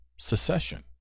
secession